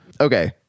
Okay